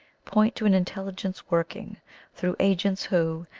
point to an intelligence working through agents who,